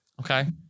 Okay